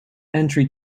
entry